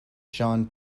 john